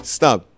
Stop